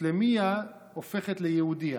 ומוסלמית הופכת ליהודייה.